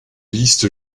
listes